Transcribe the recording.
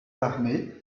l’armée